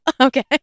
Okay